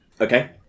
Okay